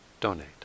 donate